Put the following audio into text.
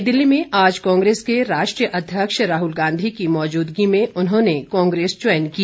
नई दिल्ली में आज कांग्रेस के राष्ट्रीय अध्यक्ष राहल गांधी की मौजूदगी में उन्होंने कांग्रेस ज्वाइन की